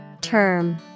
Term